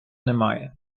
немає